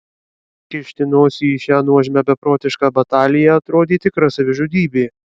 kišti nosį į šią nuožmią beprotišką bataliją atrodė tikra savižudybė